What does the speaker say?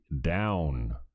down